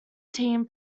team